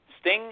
Sting